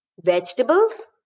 vegetables